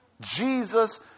Jesus